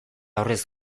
horrez